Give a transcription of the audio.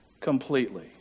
completely